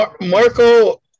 Marco